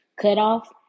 cutoff